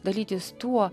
dalytis tuo